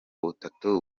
butatu